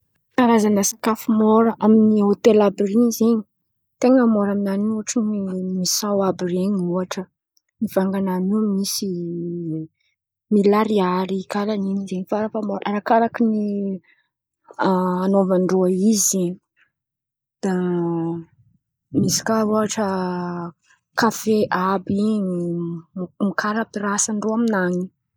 Karazan̈a sakafo môra amin̈'ny hôtely àby ren̈y zen̈y ten̈a môra amin̈any in̈y zen̈y: misao àby ren̈y ôhatra vangany in̈y zen̈y misy mila ariary karà in̈y zen̈y farafahamôra arakaraka ny anôvandrô izy misy kà ôhatra kafe àby in̈y mokary àby asandrô amin̈any.